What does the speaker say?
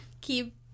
Keep